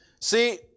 See